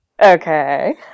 Okay